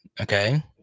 Okay